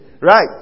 Right